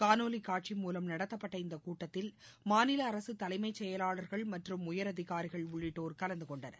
காணொலிக் காட்சி மூலம் நடத்தப்பட்ட இந்தக் கூட்டத்தில் மாநில அரசு தலைமைச் செயலாளர்கள் மற்றும் உயரதிகாரிகள் உள்ளிட்டோர் கலந்துகொண்டனர்